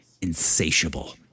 insatiable